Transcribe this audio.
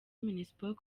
minispoc